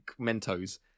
Mentos